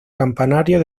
campanario